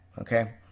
okay